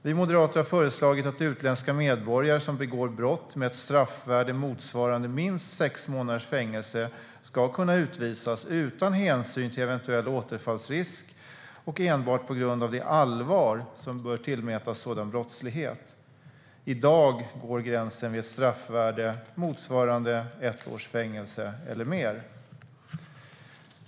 Vi moderater har föreslagit att utländska medborgare som begår brott med ett straffvärde motsvarande minst sex månaders fängelse ska kunna utvisas utan hänsyn till eventuell återfallsrisk och enbart på grund av det allvar som bör tillmätas sådan brottslighet. I dag går gränsen vid ett straffvärde motsvarande ett års fängelse eller mer.